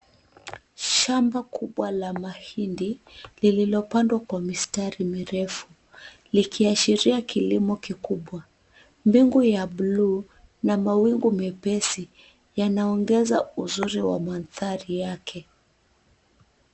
Shamba kubwa la mahindi lililopandwa kwa mistari mirefu, likiashiria kilimo kikubwa. Mbingu ya blue na mawingu mepesi, yanaongeza uzuri wa mandhari yake.